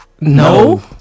No